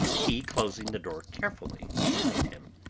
he closing the door carefully behind him.